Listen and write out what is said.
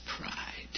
pride